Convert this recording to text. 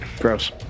Gross